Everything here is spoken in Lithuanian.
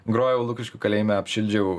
grojau lukiškių kalėjime apšildžiau